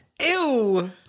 Ew